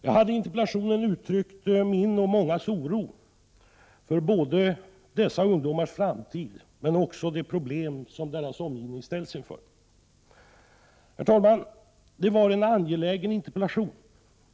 Jag har i interpellationen uttryckt min och mångas oro för både dessa ungdomars framtid och de problem som deras omgivning ställs inför. Herr talman! Det var en angelägen interpellation.